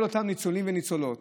כל אותם ניצולים וניצולות,